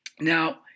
Now